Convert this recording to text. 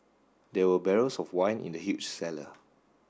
there were barrels of wine in the huge cellar